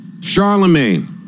Charlemagne